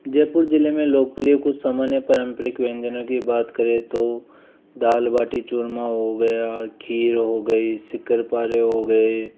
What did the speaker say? जयपुर ज़िले में लोकप्रिय कुछ सामान्य पारम्परिक व्यंजनों की बात करें तो दाल बाटी चूरमा हो गया खीर हो गई शक्कर पारे हो गए